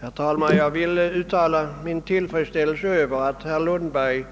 Herr talman! Jag vill uttala min tillfredsställelse över att herr Lundberg